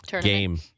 game